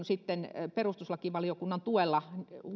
sitten perustuslakivaliokunnan tuella